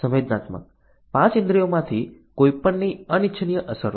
સંવેદનાત્મક 5 ઇન્દ્રિયોમાંથી કોઈપણની અનિચ્છનીય અસરો